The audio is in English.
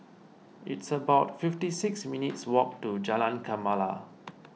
it's about fifty six minutes' walk to Jalan Gemala